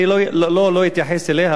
אני לא אתייחס אליה,